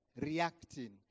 reacting